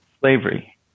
slavery